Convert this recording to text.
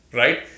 right